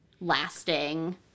lasting